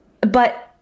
But-